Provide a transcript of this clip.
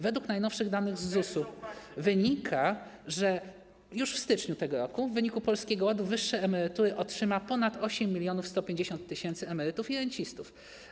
Według najnowszych danych z ZUS wynika, że już w styczniu tego roku w wyniku Polskiego Ładu wyższe emerytury otrzyma ponad 8150 tys. emerytów i rencistów.